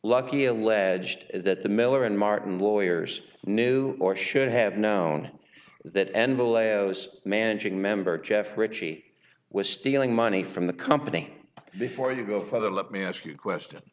lucky alleged that the miller and martin lawyers knew or should have known that envelope was managing member jeff ritchie was stealing money from the company before you go further let me ask you a question